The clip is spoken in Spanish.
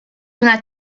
una